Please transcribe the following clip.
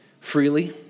freely